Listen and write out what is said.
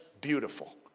beautiful